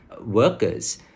workers